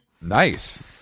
nice